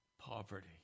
poverty